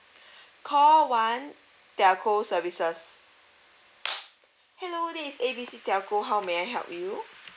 call one telco services hello this A B C telco how may I help you